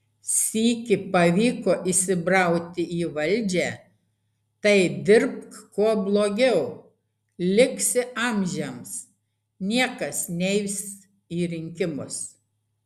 sykį pavyko įsibrauti į valdžią tai dirbk kuo blogiau liksi amžiams niekas nebeis į rinkimus